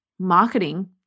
Marketing